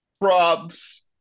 Props